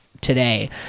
today